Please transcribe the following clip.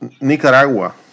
Nicaragua